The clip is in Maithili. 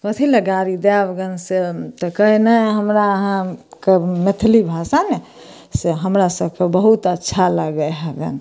कथिलए गारी देब गन से तऽ कहै नहि हमरा आहाँके मैथली भाषामे से हमरा सबके बहुत अच्छा लागै है जानु